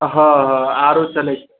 हँ हँ आरो चलै छै